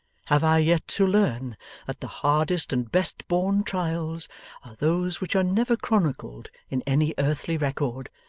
have i yet to learn that the hardest and best-borne trials are those which are never chronicled in any earthly record,